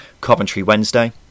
Coventry-Wednesday